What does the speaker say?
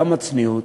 גם הצניעות,